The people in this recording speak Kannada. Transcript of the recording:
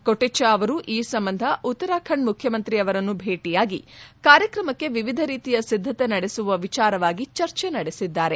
ಕೊಟೆಚ್ಚಾ ಅವರು ಈ ಸಂಬಂಧ ಉತ್ತರಾಖಂಡ್ ಮುಖ್ಯಮಂತ್ರಿ ಅವರನ್ನು ಭೇಟಿಯಾಗಿ ಕಾರ್ಯಕ್ರಮಕ್ಕೆ ವಿವಿಧ ರೀತಿಯ ಸಿದ್ದತೆ ನಡೆಸುವ ವಿಚಾರವಾಗಿ ಚರ್ಚೆ ನಡೆಸಿದ್ದಾರೆ